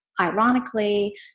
Ironically